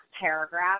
paragraph